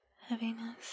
heaviness